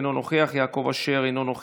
אינו נוכח,